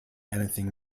anything